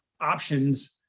options